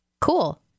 Cool